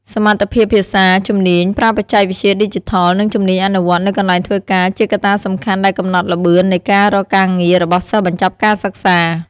សមត្ថភាពភាសា ជំនាញប្រើបច្ចេកវិទ្យាឌីជីថល និងជំនាញអនុវត្តន៍នៅកន្លែងធ្វើការជាកត្តាសំខាន់ដែលកំណត់ល្បឿននៃការរកការងាររបស់សិស្សបញ្ចប់ការសិក្សា។